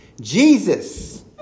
Jesus